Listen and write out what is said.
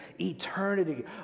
eternity